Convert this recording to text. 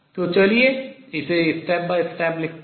तो चलिए इसे step by step चरण दर चरण लिखते हैं